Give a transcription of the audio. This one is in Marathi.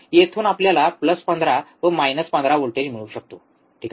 येथून आपल्याला प्लस 15 व मायनस 15 व्होल्टेज मिळू शकतो ठीक आहे